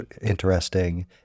interesting